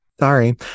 sorry